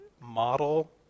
model